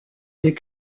des